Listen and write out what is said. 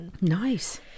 nice